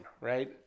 Right